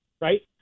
right